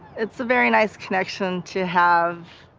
it's a very nice connection to have.